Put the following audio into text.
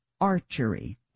Archery